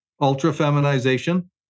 ultra-feminization